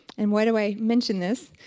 and why do i mention this?